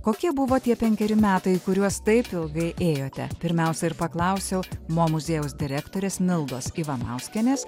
kokie buvo tie penkeri metai kuriuos taip ilgai ėjote pirmiausia ir paklausiau mo muziejaus direktorės mildos ivanauskienės